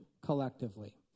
collectively